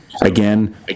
again